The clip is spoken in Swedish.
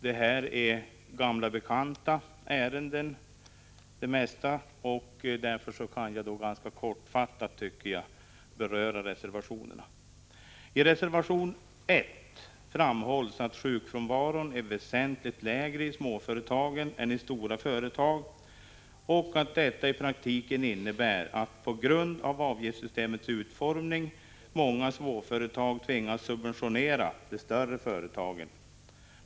De flesta ärendena är gamla bekanta, och därför kan jag ganska kortfattat beröra reservationerna. I reservation 1 framhålls att sjukfrånvaron är väsentligt lägre i småföretagen än i stora företag och att detta i praktiken innebär att på grund av avgiftssystemets utformning tvingas många småföretag subventionera de större företagen.